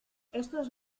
estos